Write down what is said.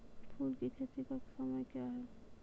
फुल की खेती का समय क्या हैं?